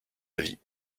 avis